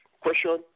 Question